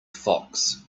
fox